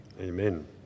Amen